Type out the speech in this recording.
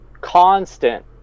constant